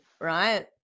right